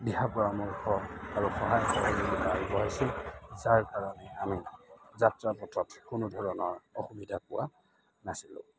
দিহা পৰামৰ্শ আৰু সহায় সহযোগিতা আগবঢ়াইছিল যাৰ কাৰণে আমি যাত্ৰাপথত কোনোধৰণৰ অসুবিধা পোৱা নাছিলোঁ